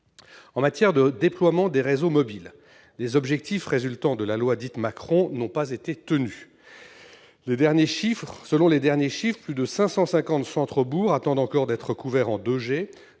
En matière de déploiement des réseaux mobiles, les objectifs fixés par la loi dite « Macron » n'ont pas été tenus. Selon les derniers chiffres, plus de 550 centres-bourgs attendent encore d'être couverts en 2G,